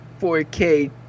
4k